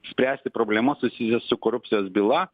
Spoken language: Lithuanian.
spręsti problemas susijusias su korupcijos byla